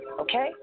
okay